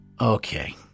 okay